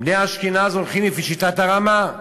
בני אשכנז הולכים לפי שיטת הרמ"א.